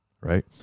right